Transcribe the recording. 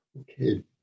Okay